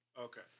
Okay